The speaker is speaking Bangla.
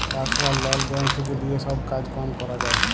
পার্সলাল লন ব্যাঙ্ক থেক্যে লিয়ে সব কাজ কাম ক্যরা যায়